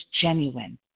genuine